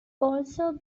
also